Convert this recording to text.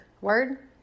Word